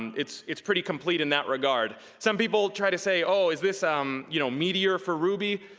and it's it's pretty complete in that regard. some people try to say, oh, is this um you know meteor for ruby?